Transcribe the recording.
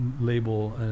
label